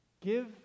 give